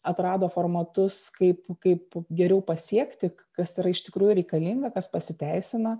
atrado formatus kaip kaip geriau pasiekti kas yra iš tikrųjų reikalinga kas pasiteisina